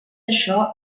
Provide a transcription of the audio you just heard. això